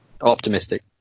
Optimistic